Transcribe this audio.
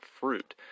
fruit